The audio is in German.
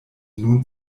nun